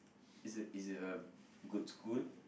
it's a it's a good school